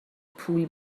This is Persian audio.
پول